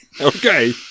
Okay